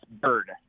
bird